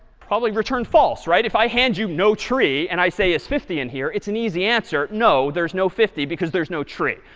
probably return false, right. if i hand you no tree and i say it's fifty in here, it's an easy answer. no, there's no fifty, because there's no tree.